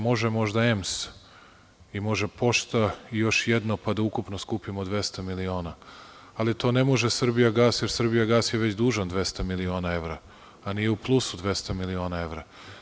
Može možda EMS i može Pošta i još jedno, pa da ukupno skupimo 200 miliona, ali to ne može „Srbijagas“, jer „Srbijagas“ je već dužan 200 miliona evra, a nije u plusu 200 miliona evra.